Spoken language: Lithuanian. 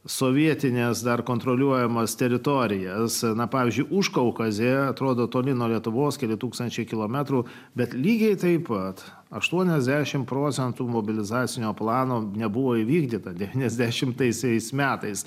sovietines dar kontroliuojamas teritorijas ana pavyzdžiui užkaukazė atrodo toli nuo lietuvos keli tūkstančiai kilometrų bet lygiai taip pat aštuoniasdešim procentų mobilizacinio plano nebuvo įvykdyta devyniasdešimtaisiais metais